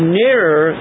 nearer